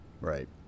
Right